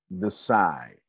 decide